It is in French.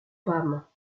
femmes